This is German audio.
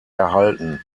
erhalten